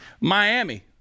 Miami